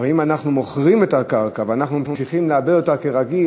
הרי אם אנחנו מוכרים את הקרקע ואנחנו ממשיכים לעבד אותה כרגיל,